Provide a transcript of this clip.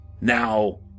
now